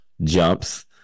jumps